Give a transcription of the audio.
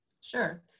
Sure